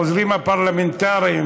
העוזרים הפרלמנטריים,